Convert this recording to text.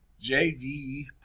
JV